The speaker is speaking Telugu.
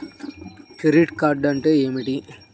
క్రెడిట్ కార్డ్ అంటే ఏమిటి?